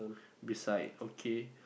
beside okay